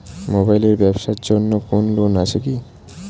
Mobile এর ব্যাবসার জন্য কোন লোন আছে কি?